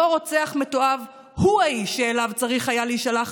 אותו רוצח מתועב הוא האיש שאליו צריך היה להישלח,